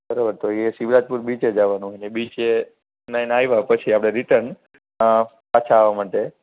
બરાબર તો એ શિવરાજપુર બીચે જાવાનું છે અને બીચે ન્હાઈને આવ્યા પછી આપણે રીટર્ન પાછા આવવા માટે